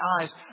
eyes